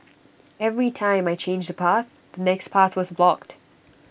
every time I changed A path the next path was blocked